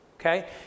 Okay